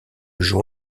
juin